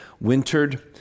wintered